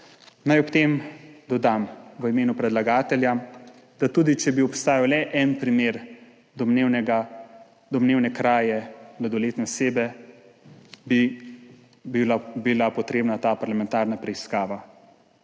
Naj ob tem v imenu predlagatelja dodam, da tudi če bi obstajal le en primer domnevne kraje mladoletne osebe, bi bila potrebna ta parlamentarna preiskava.